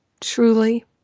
truly